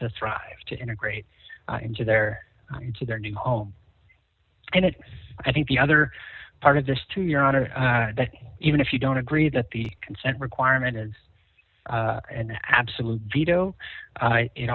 to strive to integrate into their to their new home and it says i think the other part of this to your honor that even if you don't agree that the consent requirement is an absolute veto i